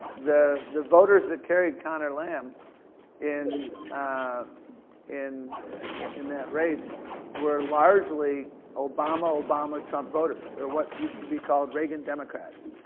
the the voters that carried connor lamb in ah in that race were largely obama, obama, trump voters. or what used to be called reagan democrats.